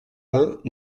vingt